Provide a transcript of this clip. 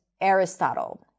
Aristotle